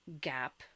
gap